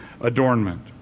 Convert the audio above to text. adornment